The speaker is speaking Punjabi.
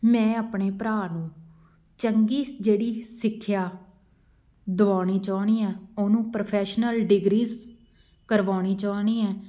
ਮੈਂ ਆਪਣੇ ਭਰਾ ਨੂੰ ਚੰਗੀ ਜਿਹੜੀ ਸਿੱਖਿਆ ਦਿਵਾਉਣੀ ਚਾਹੁੰਦੀ ਹਾਂ ਉਹਨੂੰ ਪ੍ਰੋਫੈਸ਼ਨਲ ਡਿਗਰੀਸ ਕਰਵਾਉਣੀ ਚਾਹੁੰਦੀ ਹਾਂ